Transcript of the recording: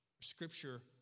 Scripture